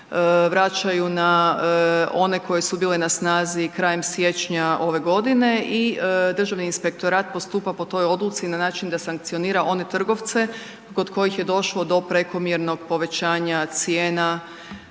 vraćaju na one koje su bile na snazi krajem siječnja ove godine i Državni inspektorat postupa po toj odluci na način da sankcionira one trgovce kod kojih je došlo do prekomjernog povećanja cijena,